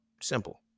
Simple